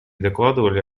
докладывали